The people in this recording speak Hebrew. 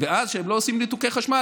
וכשהם לא עושים ניתוקי חשמל,